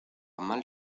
mal